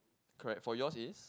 correct for yours is